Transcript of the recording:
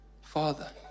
Father